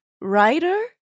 Writer